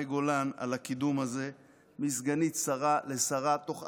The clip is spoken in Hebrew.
הקידום הזה מסגנית שרה לשרה תוך עשרה ימים.